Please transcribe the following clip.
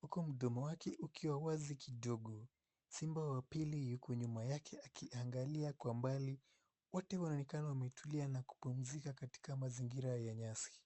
huku mdomo wake ukiwa wazi kidogo. Simba wa pili yuko nyuma yake akiangalia kwa umbali. Wote wanaonekana wametulia na kupumzika katika mazingira ya nyasi.